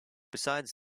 besides